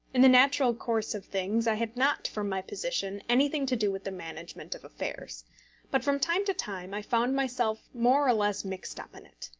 in the natural course of things, i had not, from my position, anything to do with the management of affairs but from time to time i found myself more or less mixed up in it.